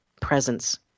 presence